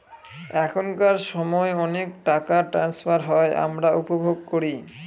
এখনকার সময় অনেক টাকা ট্রান্সফার হয় আমরা উপভোগ করি